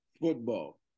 football